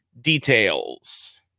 details